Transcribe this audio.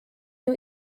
new